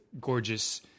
gorgeous